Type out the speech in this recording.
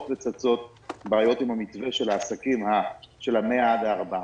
וצצות בעיות עם המתווה של העסקים של ה-100 400,